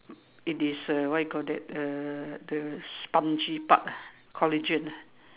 it is a what you called that a the spongy part ah collagen ah